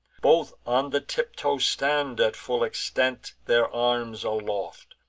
both on the tiptoe stand, at full extent, their arms aloft,